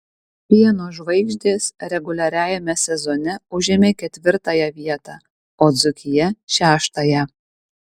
pieno žvaigždės reguliariajame sezone užėmė ketvirtąją vietą o dzūkija šeštąją